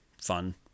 Fun